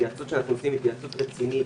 ההתייעצות שאנחנו עושים היא התייעצות רצינית,